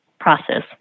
process